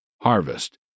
harvest